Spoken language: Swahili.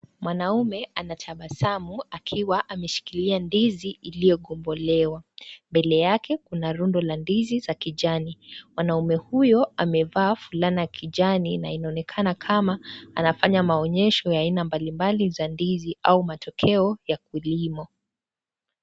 Mwanaume anatabasamu akiwa ameshikilia ndizi iliyokombolewa. Mbele yake kuna rundo la ndizi za kijani. Wanaume huyo amevaa fulana kijani na inaonekana kama anafanya maonyesho ya aina mbalimbali za ndizi au matokeo ya kilimo.